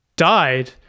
Died